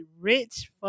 rich